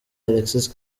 alexis